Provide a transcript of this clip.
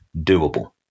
doable